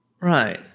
Right